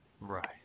Right